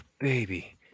baby